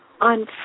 on